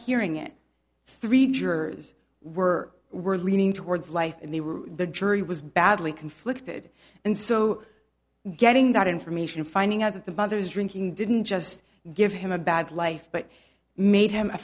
hearing it three jurors were were leaning towards life and they were the jury was badly conflicted and so getting that information finding out that the brother's drinking didn't just give him a bad life but made him a